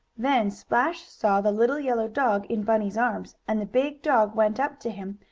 then splash saw the little yellow dog in bunny's arms, and the big dog went up to him,